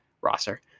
roster